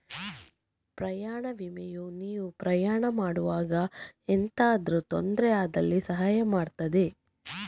ಪ್ರಯಾಣ ವಿಮೆಯು ನೀವು ಪ್ರಯಾಣ ಮಾಡುವಾಗ ಎಂತಾದ್ರೂ ತೊಂದ್ರೆ ಆದಲ್ಲಿ ಸಹಾಯ ಮಾಡ್ತದೆ